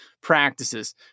practices